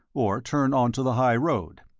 or turn on to the high road.